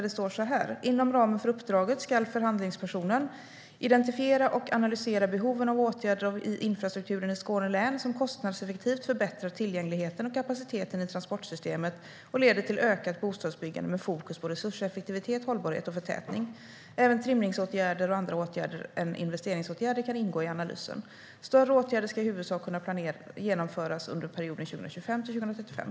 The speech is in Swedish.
Det står så här: Inom ramen för uppdraget ska förhandlingspersonen identifiera och analysera behoven av åtgärder i infrastrukturen i Skåne län som kostnadseffektivt förbättrar tillgängligheten och kapaciteten i transportsystemet och leder till ökat bostadsbyggande med fokus på resurseffektivitet, hållbarhet och förtätning. Även trimningsåtgärder och andra åtgärder än investeringsåtgärder kan ingå i analysen. Större åtgärder ska i huvudsak kunna genomföras under perioden 2025-2035.